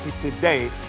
today